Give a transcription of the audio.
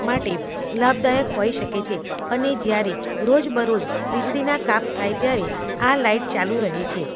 માટે લાભદાયક હોઈ શકે છે અને જ્યારે રોજબરોજ વીજળીના કાપ થાય ત્યારે આ લાઈટ ચાલુ રહે છે